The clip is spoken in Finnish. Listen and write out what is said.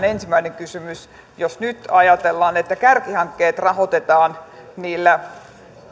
ensimmäinen kysymys jos nyt ajatellaan että kärkihankkeet rahoitetaan niillä